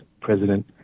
President